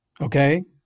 Okay